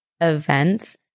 events